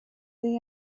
they